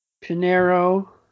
Pinero